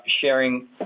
sharing